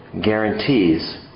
guarantees